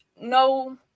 no